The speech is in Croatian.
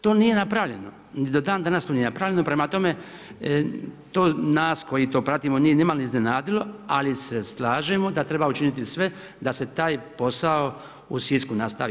To nije napravljeno, ni do danas to nije napravljeno, prema tome, to nas koji to pratimo nije nimalo iznenadilo ali se slažemo da treba učiniti sve da se taj posao u Sisku nastavi.